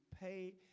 pay